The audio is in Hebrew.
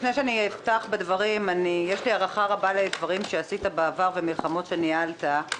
לפני שאפתח בדברים יש לי הערכה רבה לדברים שעשית בעבר ומלחמות שניהלת.